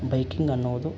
biking ಅನ್ನುವುದು